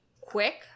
quick